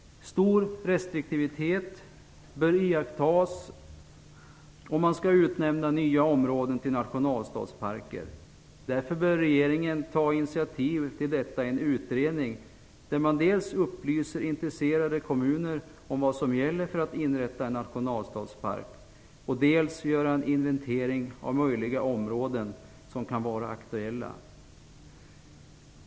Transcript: Stor restriktivitet bör iakttas när man skall utnämna nya områden till nationalstadsparker. Regeringen bör därför ta initiativ till en utredning där man dels upplyser intresserade kommuner av vad som gäller för att inrätta en nationalstadspark, dels gör en inventering av möjliga områden som kan vara aktuella.